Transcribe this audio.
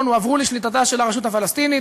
הועברו לשליטתה של הרשות הפלסטינית,